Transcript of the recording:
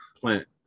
plant